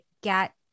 get